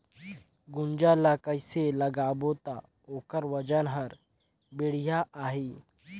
गुनजा ला कइसे लगाबो ता ओकर वजन हर बेडिया आही?